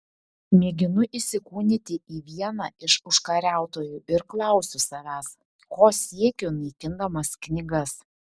mėginu įsikūnyti į vieną iš užkariautojų ir klausiu savęs ko siekiu naikindamas knygas